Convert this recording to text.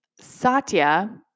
Satya